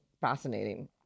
fascinating